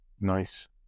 Nice